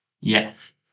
Yes